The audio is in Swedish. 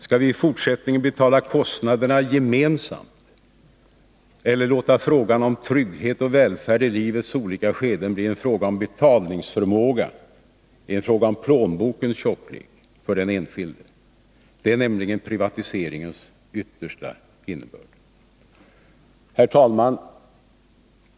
Skall vi i fortsättningen betala kostnaderna gemensamt eller låta frågan om trygghet och välfärd i livets olika skeden bli en fråga om betalningsförmåga, en fråga om plånbokens tjocklek, för den enskilde? Det är nämligen privatiseringens yttersta innebörd. Herr talman!